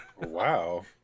Wow